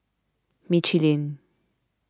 Michelin